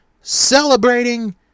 celebrating